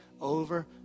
over